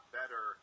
better